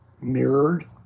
mirrored